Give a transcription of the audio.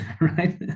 right